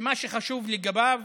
שמה שחשוב לגביו